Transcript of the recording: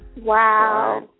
Wow